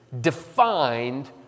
defined